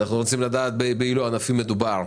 באילו ענפים מדובר,